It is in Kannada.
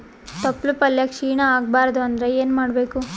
ತೊಪ್ಲಪಲ್ಯ ಕ್ಷೀಣ ಆಗಬಾರದು ಅಂದ್ರ ಏನ ಮಾಡಬೇಕು?